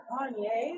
Kanye